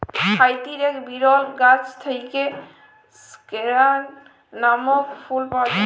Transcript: হাইতির এক বিরল গাছ থেক্যে স্কেয়ান লামক ফুল পাওয়া যায়